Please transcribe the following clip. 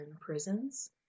prisons